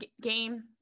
game